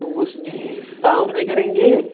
तो उस discount नहीं करेंगे